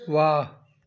वाह